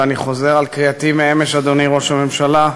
ואני חוזר על קריאתי מאמש, אדוני ראש הממשלה,